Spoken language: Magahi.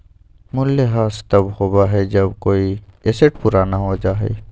मूल्यह्रास तब होबा हई जब कोई एसेट पुराना हो जा हई